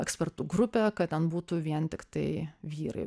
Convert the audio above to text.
ekspertų grupė kad ten būtų vien tiktai vyrai ir